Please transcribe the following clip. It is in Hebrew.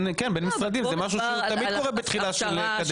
זה משהו שתמיד קורה בתחילת קדנציה.